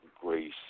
Grace